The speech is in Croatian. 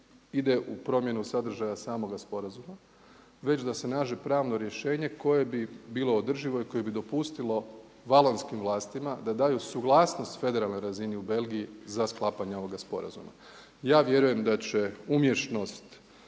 ide u promjenu sadržaja samoga sporazuma već da se nađe pravno rješenje koje bi bilo održivo i koje bi dopustilo valonskim vlastima da daju suglasnost federalnoj razini u Belgiji za sklapanje ovoga sporazuma. Ja vjerujem da će umješnost